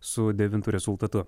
su devintu rezultatu